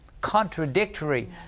contradictory